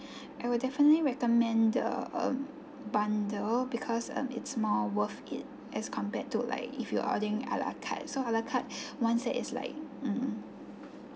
I would definitely recommend the um bundle because um it's more worth it as compared to like if you're ordering ala carte so ala carte once it is like mm